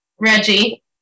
Reggie